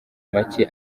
make